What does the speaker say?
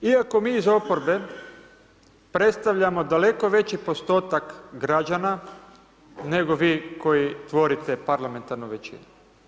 Iako mi iz oporbe predstavljamo daleko veći postotak građana, nego vi koji tvorite parlamentarnu većinu.